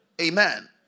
Amen